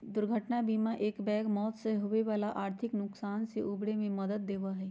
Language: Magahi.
दुर्घटना बीमा एकबैग मौत से होवे वाला आर्थिक नुकसान से उबरे में मदद देवा हई